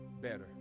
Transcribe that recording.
better